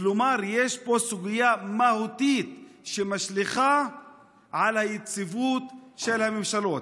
כלומר יש פה סוגיה מהותית שמשליכה על היציבות של הממשלות.